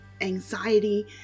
anxiety